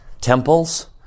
temples